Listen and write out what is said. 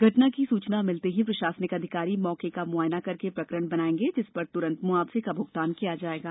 घटना की सूचना मिलते ही प्रशासनिक अधिकारी मौके का मुआयना करके प्रकरण बनाएंगे जिस पर तुरंत मुआवजे का भुगतान किया जायेगा